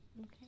Okay